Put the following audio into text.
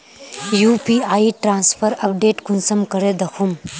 UPI transfer update कुंसम करे दखुम?